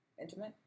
intimate